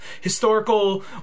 historical